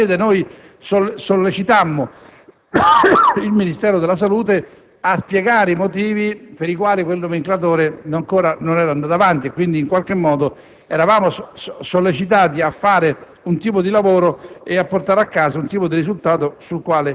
all'epoca già sottosegretario, e il Presidente della Commissione. In quella sede sollecitammo il Ministero della salute a spiegare i motivi per i quali quel nomenclatore non era ancora andato avanti e quindi in qualche modo eravamo sollecitati a fare